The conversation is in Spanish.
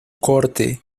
corte